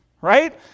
right